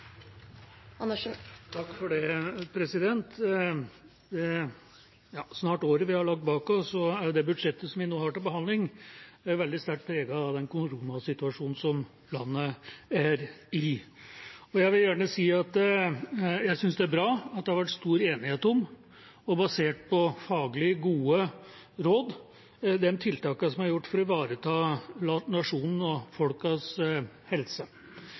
det budsjettet vi nå har til behandling, veldig sterkt preget av koronasituasjonen som landet er i. Og jeg vil gjerne si at jeg synes det er bra at det har vært stor enighet om – og basert på faglig gode råd – de tiltakene som er gjort for å ivareta nasjonen og folkets helse.